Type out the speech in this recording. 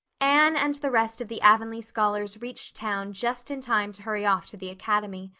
anne and the rest of the avonlea scholars reached town just in time to hurry off to the academy.